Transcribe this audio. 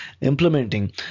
implementing